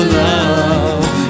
love